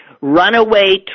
Runaway